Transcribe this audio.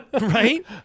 Right